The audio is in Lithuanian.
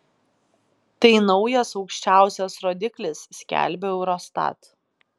tai naujas aukščiausias rodiklis skelbia eurostat